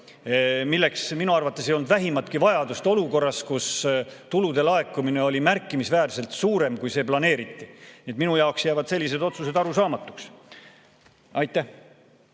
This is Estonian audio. milleks minu arvates ei olnud vähimatki vajadust olukorras, kus tulude laekumine oli märkimisväärselt suurem, kui planeeriti. Minu jaoks jäävad sellised otsused arusaamatuks. Anti